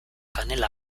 kanela